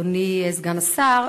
אדוני סגן השר,